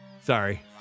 Sorry